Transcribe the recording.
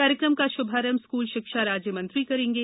कार्यक्रम का शुभारंभ स्कूल शिक्षा राज्य मंत्री करेंगे